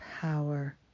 power